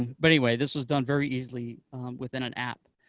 but anyway, this was done very easily within an app.